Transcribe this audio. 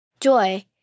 Joy